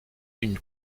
une